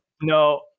no